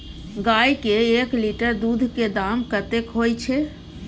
गाय के एक लीटर दूध के दाम कतेक होय छै?